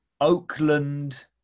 Oakland